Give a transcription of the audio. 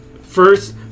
First